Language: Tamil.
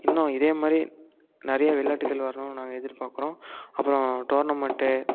இன்னும் இதே மாரி நிறைய விளாட்டுகள் வருனுன்னு நாங்கள் எதிர்பார்க்குறோம் அப்புறோம் டோர்னமெண்ட்டு